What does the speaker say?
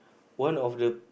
one of the